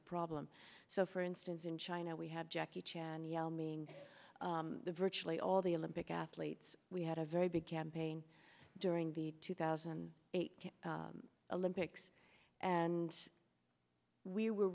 a problem so for instance in china we have jackie chan yao ming virtually all the olympic athletes we had a very big campaign during the two thousand and eight olympics and we were